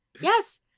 Yes